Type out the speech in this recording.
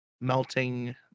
melting